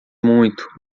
muito